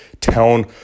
town